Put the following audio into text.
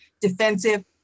defensive